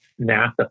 NASA